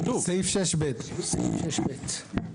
סעיף 6(ב).